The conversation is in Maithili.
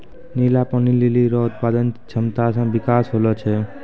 नीला पानी लीली रो उत्पादन क्षमता मे बिकास होलो छै